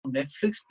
Netflix